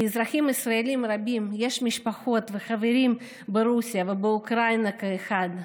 לאזרחים ישראלים רבים יש משפחות וחברים ברוסיה ובאוקראינה כאחד,